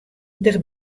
der